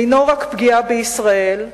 אינו רק פגיעה בישראל,